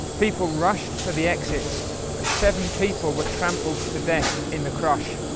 people rushed for the exits and seven people were trampled to death in the crush.